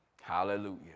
Hallelujah